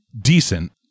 decent